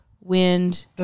wind